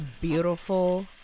beautiful